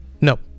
No